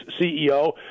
CEO